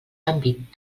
àmbit